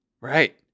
right